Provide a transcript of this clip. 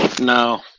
No